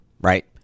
right